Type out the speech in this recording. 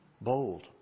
Bold